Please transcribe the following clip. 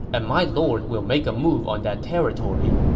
and my lord will make a move on that territory.